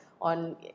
on